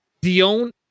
dion